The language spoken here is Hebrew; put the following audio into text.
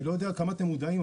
אני לא יודע עד כמה אתם מודעים,